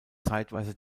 zeitweise